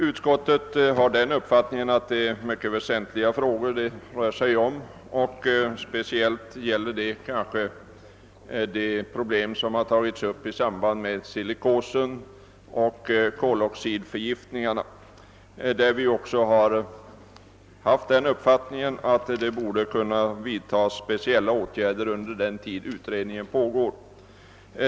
Utskottet har den uppfattningen att dessa frågor är mycket väsentliga; speciellt gäller det kanske de problem som har tagits upp i samband med silikosoch koloxidförgiftningarna. Vi har den uppfattningen att det borde kunna vidtas speciella åtgärder även under den tid utredningen pågår.